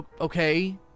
okay